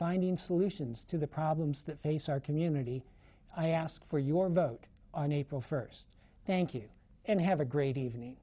finding solutions to the problems that face our community i ask for your vote on april first thank you and have a great evening